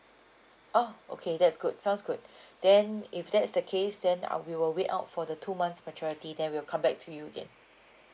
oh okay that's good sounds good then if that's the case then I'll we will wait out for the two months maturity then we'll come back to you again